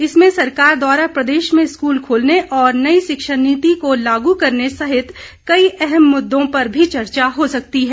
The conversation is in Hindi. इसमें सरकार द्वारा प्रदेश में स्कूल खोलने और नई शिक्षा नीति को लागू करने सहित कई अहम मुददों पर भी चर्चा हो सकती है